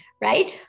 Right